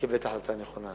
נקבל את ההחלטה הנכונה.